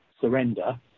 surrender